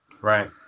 Right